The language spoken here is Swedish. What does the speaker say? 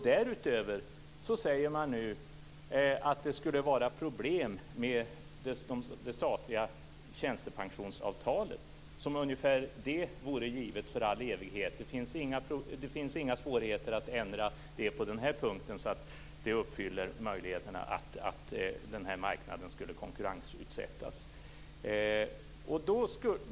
Därutöver säger man nu att det skulle vara problem med det statliga tjänstepensionsavtalet som om det vore givet för all evighet. Det finns inga svårigheter att ändra det på den här punkten så att det uppfyller möjligheten att den här marknaden skulle konkurrensutsättas.